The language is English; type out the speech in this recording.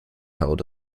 held